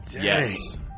Yes